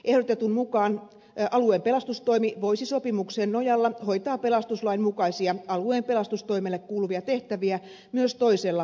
ehdotetun mukaan alueen pelastustoimi voisi sopimuksen nojalla hoitaa pelastuslain mukaisia alueen pelastustoimelle kuuluvia tehtäviä myös toisella pelastustoimen alueella